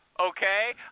okay